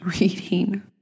reading